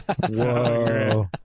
Whoa